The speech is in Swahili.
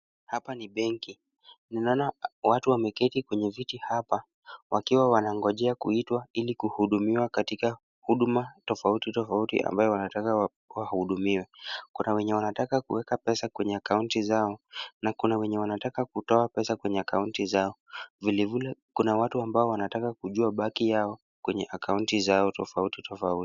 Hapa ni benki, ninaona watu wameketi kwenye viti hapa wakiwa wanangojea kuitwa ili kuhudumiwa katika huduma tofauti tofauti ambayo wanataka wahudumiwe. Kuna wenye wanataka kuweka pesa kwenye akaonti zao na kuna wenye wanataka kutoa pesa kwenye akaonti zao. Vile vile kuna watu ambao wanataka kujua baki yao kwenye akaonti zao tofauti tofauti.